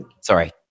Sorry